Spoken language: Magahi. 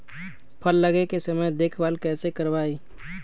फल लगे के समय देखभाल कैसे करवाई?